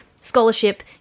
Scholarship